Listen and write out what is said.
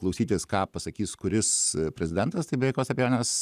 klausytis ką pasakys kuris prezidentas tai be jokios abejonės